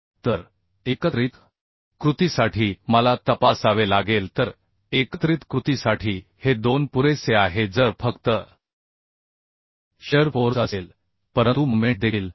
तर एकत्रित कृतीसाठी मला तपासावे लागेल तर एकत्रित कृतीसाठी हे 2 पुरेसे आहे जर फक्त शिअर फोर्स असेल परंतु मोमेंट देखील असेल